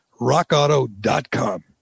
rockauto.com